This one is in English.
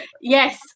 Yes